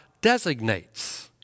designates